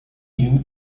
new